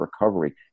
recovery